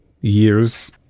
years